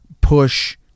push